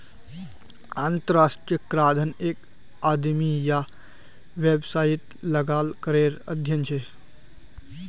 अंतर्राष्ट्रीय कराधन एक आदमी या वैवसायेत लगाल करेर अध्यन छे